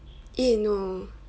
eh no